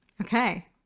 okay